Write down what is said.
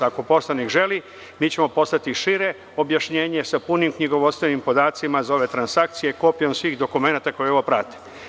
Ako poslanik želi, mi ćemo poslati šire objašnjenje sa punim knjigovodstvenim podacima za ove transakcije, kopijom svih dokumenata koji ovo prate.